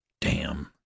Damn